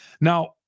Now